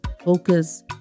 focus